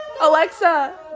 Alexa